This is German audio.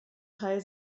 teil